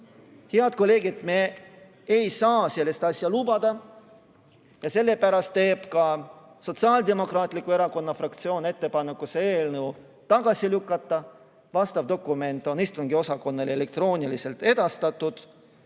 ilma. Head kolleegid, me ei saa sellist asja lubada! Sellepärast teeb ka Sotsiaaldemokraatliku Erakonna fraktsioon ettepaneku see eelnõu tagasi lükata. Vastav dokument on istungiosakonnale elektrooniliselt edastatud.